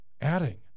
adding